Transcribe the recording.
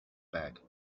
bag